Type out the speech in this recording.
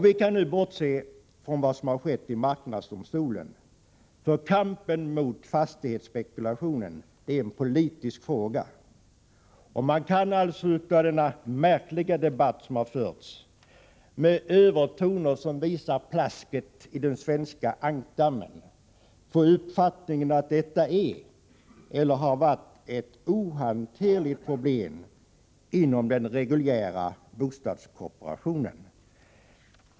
Vi kan nu bortse från vad som har skett i marknadsdomstolen, eftersom kampen mot fastighetsspekulationen är en politisk fråga. Man kan av denna märkliga debatt, som har förts med övertoner som visar plasket i den svenska ankdammen, få uppfattningen att detta är eller har varit ett ohanterligt problem inom den reguljära bostadskooperationen.